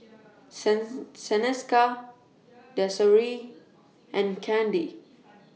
sends Seneca Desirae and Kandy